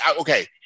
okay